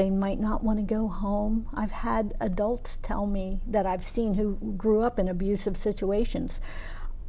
they might not want to go home i've had adults tell me that i've seen who grew up in abusive situations